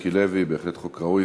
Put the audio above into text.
מיקי לוי, בהחלט חוק ראוי.